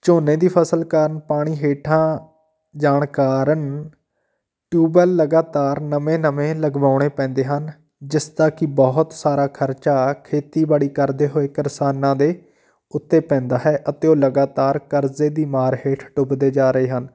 ਝੋਨੇ ਦੀ ਫਸਲ ਕਾਰਨ ਪਾਣੀ ਹੇਠਾਂ ਜਾਣ ਕਾਰਨ ਟਿਊਬਵੈਲ ਲਗਾਤਾਰ ਨਵੇਂ ਨਵੇਂ ਲਗਵਾਉਣੇ ਪੈਂਦੇ ਹਨ ਜਿਸ ਦਾ ਕਿ ਬਹੁਤ ਸਾਰਾ ਖਰਚਾ ਖੇਤੀਬਾੜੀ ਕਰਦੇ ਹੋਏ ਕਿਸਾਨਾਂ ਦੇ ਉੱਤੇ ਪੈਂਦਾ ਹੈ ਅਤੇ ਉਹ ਲਗਾਤਾਰ ਕਰਜ਼ੇ ਦੀ ਮਾਰ ਹੇਠ ਡੁੱਬਦੇ ਜਾ ਰਹੇ ਹਨ